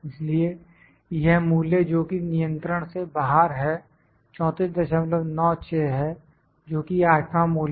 इसलिए यह मूल्य जोकि नियंत्रण से बाहर है 3496 है जोकि आठवां मूल्य है